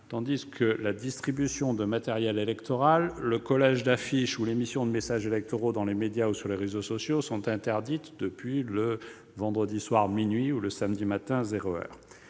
tandis que la distribution de matériel électoral, le collage d'affiches ou l'émission de messages électoraux dans les médias ou sur les réseaux sociaux sont interdits depuis le vendredi soir, à minuit, ou le samedi matin, à zéro heure.